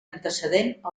antecedent